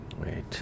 Wait